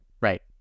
Right